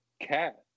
cat